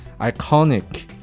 Iconic